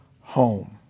home